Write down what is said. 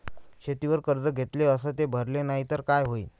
शेतीवर कर्ज घेतले अस ते भरले नाही तर काय होईन?